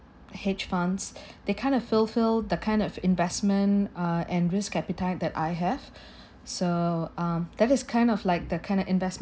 hedge funds they kind of fulfilled the kind of investment uh and risk appetite that I have so um that is kind of like the kind of